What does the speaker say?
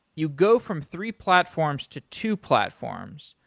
you go from three platforms to two platforms.